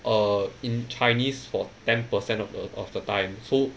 err in chinese for ten percent of the of the time so